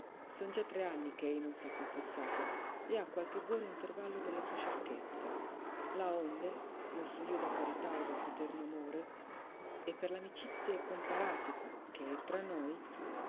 son già tre anni che ei non s'ha confessato e ha qualche buono intervallo della sua sciocchezza laonde mosso io da carità e da fraterno amore e per l'amicizia comparàtico che è tra noi